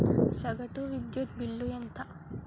సగటు విద్యుత్ బిల్లు ఎంత?